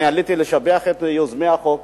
עליתי לשבח את יוזמי החוק,